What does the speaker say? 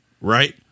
Right